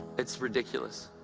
it's ridiculous.